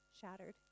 shattered